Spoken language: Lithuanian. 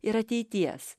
ir ateities